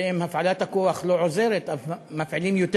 ואם הפעלת הכוח לא עוזרת, מפעילים יותר